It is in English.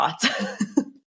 thoughts